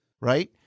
right